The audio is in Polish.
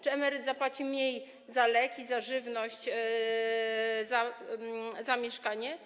Czy emeryt zapłaci mniej za leki, za żywność, za mieszkanie?